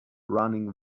running